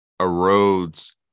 erodes